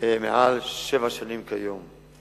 מעל שבע שנים כיום.